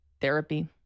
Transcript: therapy